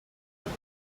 busa